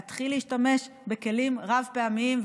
להתחיל להשתמש בכלים רב-פעמיים,